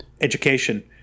education